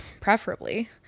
preferably